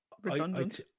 redundant